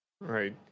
Right